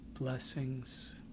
blessings